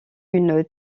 une